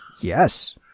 Yes